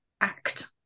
act